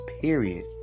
period